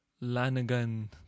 Lanigan